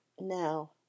now